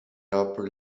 upper